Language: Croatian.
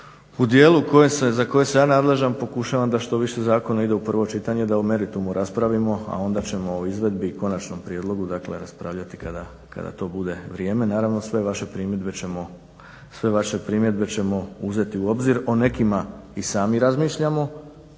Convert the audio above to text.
U dijelu za koje sam ja nadležan pokušavam da što više zakona ide u prvo čitanje da o meritumu raspravimo, a onda ćemo o izvedbi i konačnom prijedlogu, dakle raspravljati kada to bude vrijeme. Naravno, sve vaše primjedbe ćemo uzeti u obzir. O nekima i sami razmišljamo